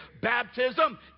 baptism